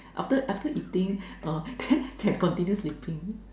after after eating uh then can continue sleeping